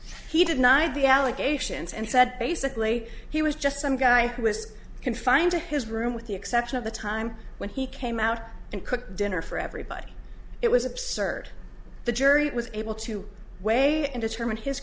have the allegations and said basically he was just some guy who was confined to his room with the exception of the time when he came out and cooked dinner for everybody it was absurd the jury was able to weigh and determine his